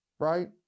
right